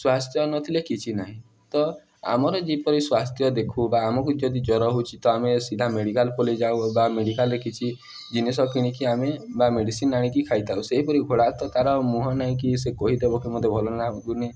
ସ୍ୱାସ୍ଥ୍ୟ ନଥିଲେ କିଛି ନାହିଁ ତ ଆମର ଯେପରି ସ୍ୱାସ୍ଥ୍ୟ ଦେଖୁ ବା ଆମକୁ ଯଦି ଜ୍ୱର ହେଉଛି ତ ଆମେ ସିଧା ମେଡ଼ିକାଲ ପଳାଇ ଯାଉ ବା ମେଡ଼ିକାଲରେ କିଛି ଜିନିଷ କିଣିକି ଆମେ ବା ମେଡ଼ିସିନ ଆଣିକି ଖାଇଥାଉ ସେହିପରି ଘୋଡ଼ା ତା'ର ମୁହଁ ନାହିଁକି ସେ କହିଦେବ କି ମୋତେ ଭଲ ଲାଗୁନି